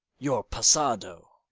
your passado.